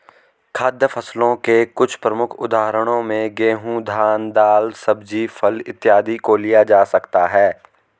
खाद्य फसलों के कुछ प्रमुख उदाहरणों में गेहूं, धान, दाल, सब्जी, फल इत्यादि को लिया जा सकता है